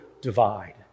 divide